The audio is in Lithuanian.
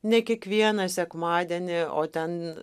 ne kiekvieną sekmadienį o ten